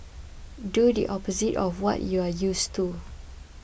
do the opposite of what you are used to